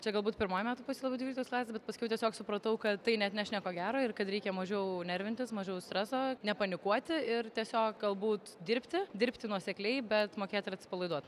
čia galbūt pirmoj metų pusėj labiau dvyliktos klasės bet paskiau tiesiog supratau kad tai neatneš nieko gero ir kad reikia mažiau nervintis mažiau streso nepanikuoti ir tiesiog galbūt dirbti dirbti nuosekliai bet mokėti ir atsipalaiduot